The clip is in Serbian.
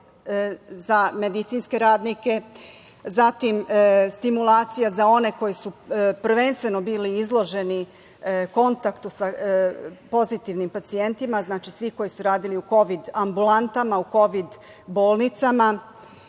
za medicinske radnike, zatim stimulacija za one koji su prvenstveno bili izloženi kontaktu sa pozitivnim pacijentima, znači svi koji su radili u kovid ambulantama, u kovid bolnicama.